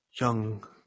young